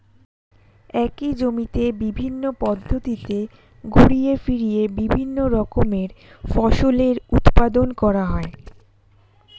একই জমিতে বিভিন্ন পদ্ধতিতে ঘুরিয়ে ফিরিয়ে বিভিন্ন রকমের ফসলের উৎপাদন করা হয়